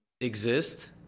exist